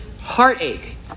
heartache